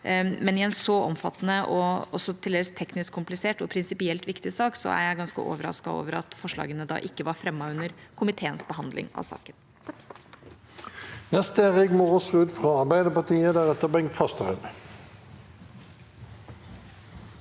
men i en så omfattende og til dels også teknisk komplisert og prinsipielt viktig sak er jeg ganske overrasket over at forslagene ikke ble fremmet under komiteens behandling av saken.